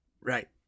Right